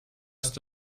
ist